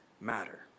matter